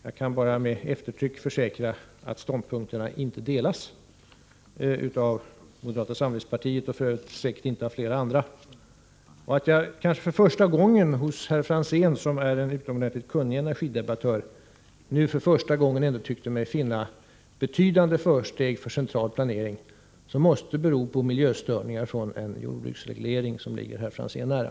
Jag kan bara med eftertryck försäkra att ståndpunkterna inte delas av moderata samlingspartiet och säkert inte av så många andra. Och hos herr Franzén, som är en utomordentligt kunnig energidebattör, tyckte jag mig nu för första gången finna en betydande förståelse för central planering, som måste bero på miljöstörningar från den jordbruksreglering som ligger herr Franzén nära.